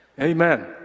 Amen